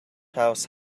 house